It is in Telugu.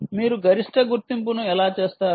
మీరు గరిష్ట గుర్తింపును ఎలా చేస్తారు